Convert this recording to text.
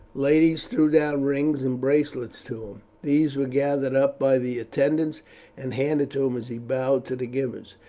ladies threw down rings and bracelets to him. these were gathered up by the attendants and handed to him as he bowed to the givers.